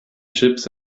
chips